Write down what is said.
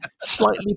slightly